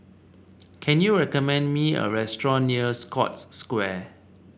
can you recommend me a restaurant near Scotts Square